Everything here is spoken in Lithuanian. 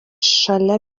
šalia